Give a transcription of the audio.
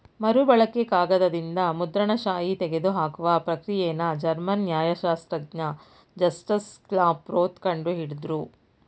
ಮರುಬಳಕೆ ಕಾಗದದಿಂದ ಮುದ್ರಣ ಶಾಯಿ ತೆಗೆದುಹಾಕುವ ಪ್ರಕ್ರಿಯೆನ ಜರ್ಮನ್ ನ್ಯಾಯಶಾಸ್ತ್ರಜ್ಞ ಜಸ್ಟಸ್ ಕ್ಲಾಪ್ರೋತ್ ಕಂಡು ಹಿಡುದ್ರು